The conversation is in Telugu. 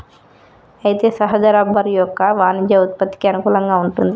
అయితే సహజ రబ్బరు యొక్క వాణిజ్య ఉత్పత్తికి అనుకూలంగా వుంటుంది